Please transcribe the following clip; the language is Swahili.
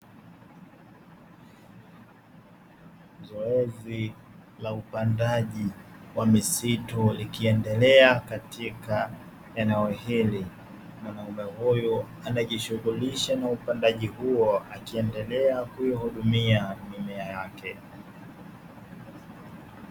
Zoezi la upandaji wa misitu likiendelea katika eneo hili, mwanaume huyu anajishughulisha na upandaji huo, akiendelea kuihudumia mimea yake.